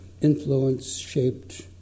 influence-shaped